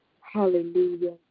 Hallelujah